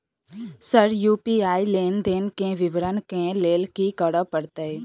Sir UPI लेनदेन केँ विवरण केँ लेल की करऽ परतै?